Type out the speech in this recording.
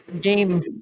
game